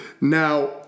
Now